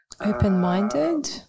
Open-minded